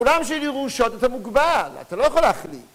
בעולם של ירושות אתה מוגבל, אתה לא יכול להחליט